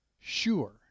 sure